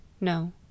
No